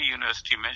University